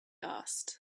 asked